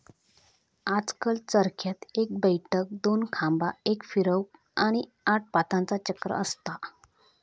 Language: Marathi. आजकल चरख्यात एक बैठक, दोन खांबा, एक फिरवूक, आणि आठ पातांचा चक्र असता